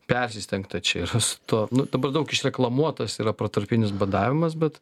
persistengta čia yra su tuo nu dabar daug išreklamuotas yra protarpinis badavimas bet